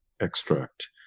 extract